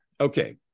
okay